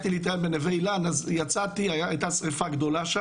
הייתי בנווה אילן וכשיצאתי הייתה שריפה גדולה.